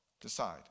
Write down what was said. Decide